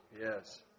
Yes